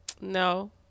no